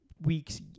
weeks